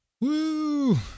Woo